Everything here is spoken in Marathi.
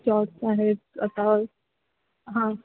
शॉर्ट्स आहेत अता हां